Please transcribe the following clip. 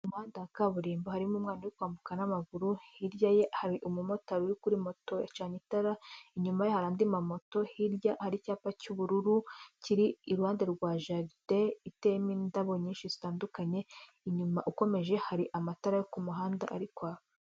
Mu muhanda wa kaburimbo harimo umwana uri kwambuka n'amaguru, hirya ye hari umumotari uri kuri moto yacanye itara, inyuma hari andi ma moto, hirya hari icyapa cy'ubururu kiri iruhande rwa jaride iteye mo indabo nyinshi zitandukanye, inyuma ukomeje hari amatara yo kumuhanda ari kwaka.